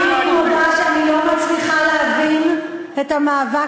אני מודה שאני לא מצליחה להבין את המאבק